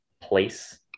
place